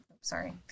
sorry